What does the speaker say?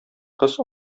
кыз